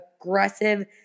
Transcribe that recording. aggressive –